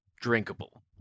drinkable